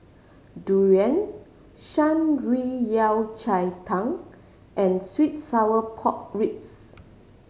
durian Shan Rui Yao Cai Tang and sweet and sour pork ribs